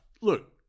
Look